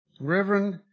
reverend